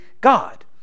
God